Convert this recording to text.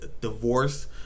divorce